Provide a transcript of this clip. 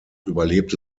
überlebte